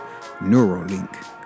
Neuralink